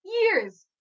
years